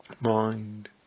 mind